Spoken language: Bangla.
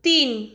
তিন